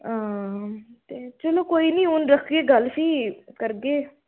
हां ते चलो कोई निं हून रक्खगे गल्ल फ्ही करगे